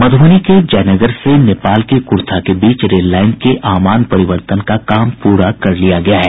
मध्रबनी के जयनगर से नेपाल के क्र्था के बीच रेललाइन के आमान परिवर्तन का काम पूरा कर लिया गया है